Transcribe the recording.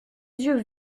yeux